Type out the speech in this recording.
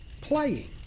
playing